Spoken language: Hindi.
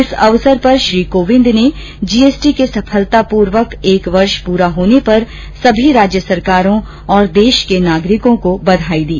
इस अवसर पर श्री कोविंद ने जीएसटी के सफलतापूर्वक एक वर्ष पूरा होने पर सभी राज्य सरकारों और देश के नागरिकों को बधाई दी